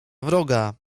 wroga